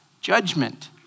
judgment